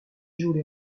jouent